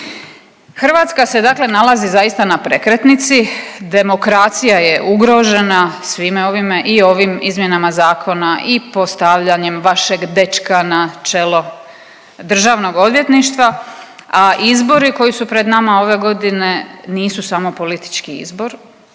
Hrvatska se dakle nalazi zaista na prekretnici, demokracija je ugrožena svime ovime i ovim izmjenama zakona i postavljanjem vašeg dečka na čelo Državnog odvjetništva, a izbori koji su pred nama ove godine nisu samo politički izbor.